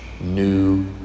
new